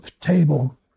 table